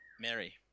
Mary